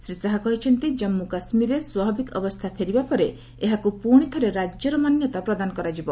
ଶ୍ରୀ ଶାହା କହିଛନ୍ତି ଜାମ୍ମୁ କାଶ୍ମୀରରେ ସ୍ୱାଭାବିକ ଅବସ୍ଥା ଫେରିବା ପରେ ଏହାକୁ ପୁଶି ଥରେ ରାଜ୍ୟର ମାନ୍ୟତା ପ୍ରଦାନ କରାଯିବ